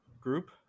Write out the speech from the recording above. group